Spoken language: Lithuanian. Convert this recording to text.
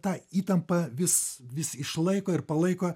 tą įtampą vis vis išlaiko ir palaiko